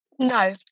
No